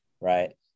right